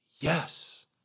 Yes